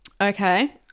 Okay